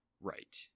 Right